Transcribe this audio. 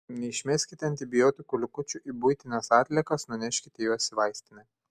neišmeskite antibiotikų likučių į buitines atliekas nuneškite juos į vaistinę